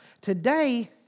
Today